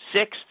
sixth